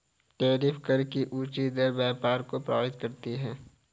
tariff कर की ऊँची दर व्यापार को प्रभावित करती है